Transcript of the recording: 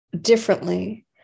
differently